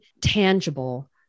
tangible